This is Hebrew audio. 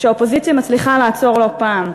שהאופוזיציה מצליחה לעצור לא פעם,